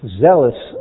zealous